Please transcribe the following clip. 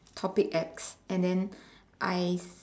topic X and then I